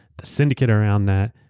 the syndicate around that,